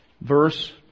verse